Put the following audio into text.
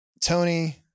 Tony